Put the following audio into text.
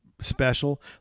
special